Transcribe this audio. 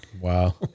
Wow